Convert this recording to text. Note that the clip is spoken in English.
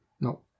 No